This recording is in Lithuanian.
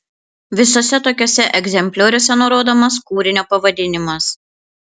visuose tokiuose egzemplioriuose nurodomas kūrinio pavadinimas